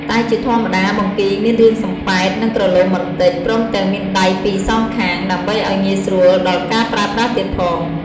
តែជាធម្មតាបង្គីមានរាងសំពែត និងក្រឡូមបន្តិច ព្រមទាំងមានដៃពីរសងខាង ដើម្បីឲ្យងាយស្រួលដល់ការប្រើប្រាស់ទៀតផង។